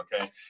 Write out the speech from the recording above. okay